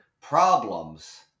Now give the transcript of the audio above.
problems